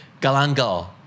Galangal